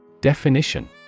Definition